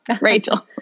Rachel